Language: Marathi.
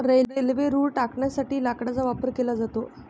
रेल्वे रुळ टाकण्यासाठी लाकडाचा वापर केला जातो